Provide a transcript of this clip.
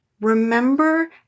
remember